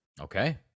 Okay